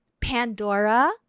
pandora